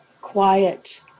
quiet